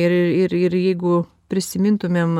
ir ir ir jeigu prisimintumėm